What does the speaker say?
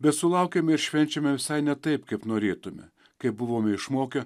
bet sulaukėme ir švenčiame visai ne taip kaip norėtume kaip buvome išmokę